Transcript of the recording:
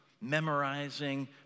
memorizing